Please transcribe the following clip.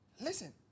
Listen